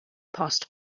post